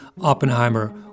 Oppenheimer